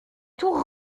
tour